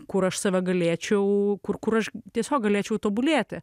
kur aš save galėčiau kur kur aš tiesiog galėčiau tobulėti